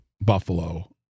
Buffalo